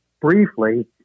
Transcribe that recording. briefly